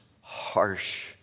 harsh